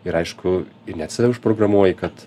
ir aišku ir net save užprogramuoji kad